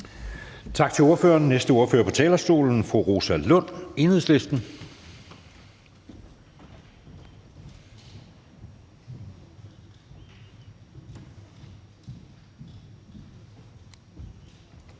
Tal til ordføreren. Den næste ordfører på talerstolen er fru Rosa Lund, Enhedslisten.